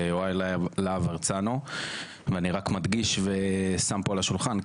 יוראי להב הרצנו ואני רק מדגיש ושם פה על השולחן,